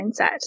mindset